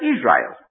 Israel